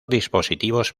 dispositivos